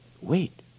Wait